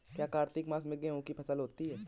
क्या कार्तिक मास में गेहु की फ़सल है?